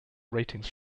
ratings